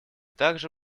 также